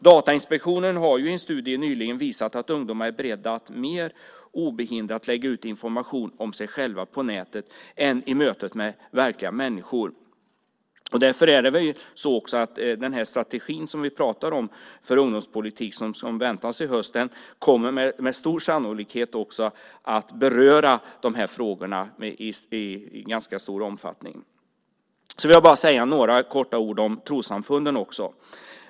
Datainspektionen har i en studie nyligen visat att ungdomar är beredda att mer obehindrat lägga ut information om sig själva på nätet än i mötet med verkliga människor. Den strategi som vi talar om för ungdomspolitiken som väntas i höst kommer med stor sannolikhet att beröra dessa frågor i ganska stor omfattning. Jag ska också kortfattat säga något om trossamfunden.